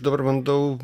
dabar bandau